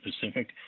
Pacific